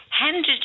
handed